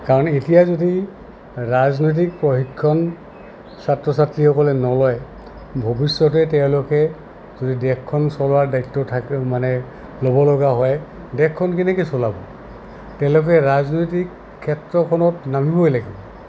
কাৰণ এতিয়া যদি ৰাজনৈতিক প্ৰশিক্ষণ ছাত্ৰ ছাত্ৰীসকলে নলয় ভৱিষ্যতে তেওঁলোকে যদি দেশখন চলোৱাৰ দায়িত্ব থাকে মানে ল'ব লগা হয় দেশখন কেনেকে চলাব তেওঁলোকে ৰাজনৈতিক ক্ষেত্ৰখনত নামিবই লাগিব